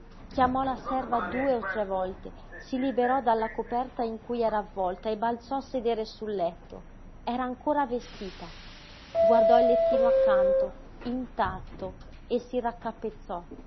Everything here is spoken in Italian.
la serva due o tre volte si liberò della coperta in cui era avvolta e balzò a sedere sul letto era ancora vestita guardò il lettino accanto intatto e si raccapezzò